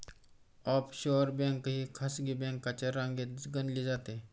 offshore bank ही खासगी बँकांच्या रांगेत गणली जाते